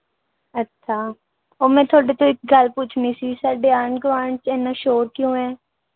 ਅੱਛਾ ਉਹ ਮੈਂ ਤੁਹਾਡੇ ਤੋਂ ਇੱਕ ਗੱਲ ਪੁੱਛਣੀ ਸੀ ਸਾਡੇ ਆਂਢ ਗੁਆਂਢ 'ਚ ਐਨਾ ਸ਼ੋਰ ਕਿਉਂ ਹੈ